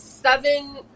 Seven